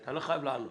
אתה לא חייב לענות.